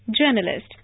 Journalist